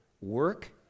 work